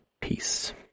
Peace